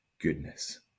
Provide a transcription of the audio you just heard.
goodness